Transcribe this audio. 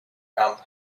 camp